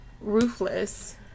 ruthless